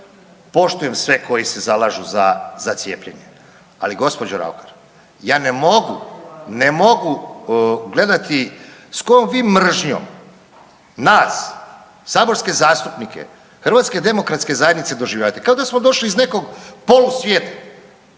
Poštujem sve koji se zalažu za cijepljenje, ali gospođo Raukar ja ne mogu, ne mogu gledati s kojom vi mržnjom nas saborske zastupnike HDZ-a doživljavate, kao da smo došli iz nekog polusvijeta,